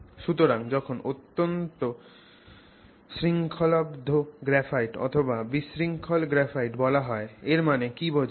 সুতরাং যখন অত্যন্ত শৃঙ্খলাবদ্ধ গ্রাফাইট অথবা বিশৃঙ্খল গ্রাফাইট বলা হয় এর মানে কি বোঝায়